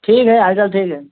ठीक है हाल चाल ठीक है